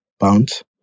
pounds